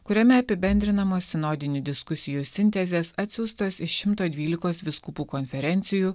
kuriame apibendrinama sinodinių diskusijų sintezės atsiųstos iš šimto dvylikos vyskupų konferencijų